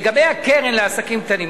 לגבי הקרן לעסקים קטנים,